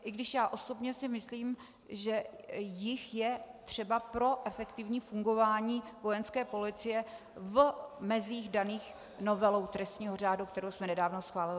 I když já osobně si myslím, že jich je třeba pro efektivní fungování Vojenské policie v mezích daných novelou trestního řádu, kterou jsme nedávno schválili.